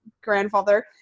grandfather